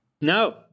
No